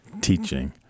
teaching